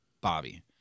Bobby